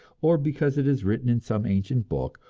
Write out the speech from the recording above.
or because it is written in some ancient book,